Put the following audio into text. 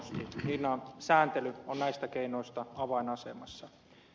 hinnan sääntely on näistä keinoista avainasemassa